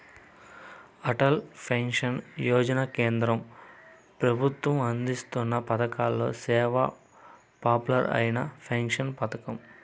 Atal pension Yojana కేంద్ర పెబుత్వం అందిస్తున్న పతకాలలో సేనా పాపులర్ అయిన పెన్సన్ పతకం